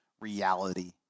reality